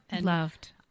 Loved